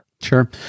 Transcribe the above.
Sure